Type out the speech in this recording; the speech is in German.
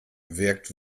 wirkt